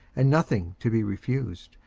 and nothing to be refused,